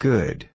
Good